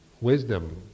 wisdom